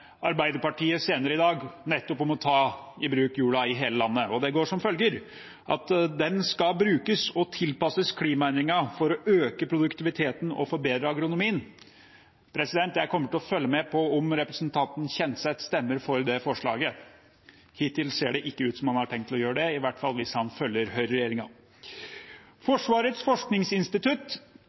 nettopp å ta i bruk jorda i hele landet. Forslaget inneholder bl.a. et punkt om «hvordan matjorda i hele landet kan brukes og tilpasses klimaendringene for å øke produktiviteten og forbedre agronomien». Jeg kommer til å følge med på om representanten Kjenseth stemmer for det forslaget. Hittil ser det ikke ut som om han har tenkt å gjøre det, i hvert fall hvis han skal følge høyreregjeringen. Forsvarets forskningsinstitutt